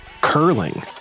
curling